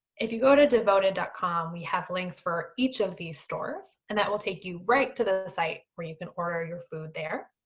if you go to devoted com, we have links for each of these stores. and that will take you right to the site where you can order your food there.